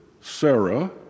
Sarah